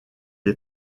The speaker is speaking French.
est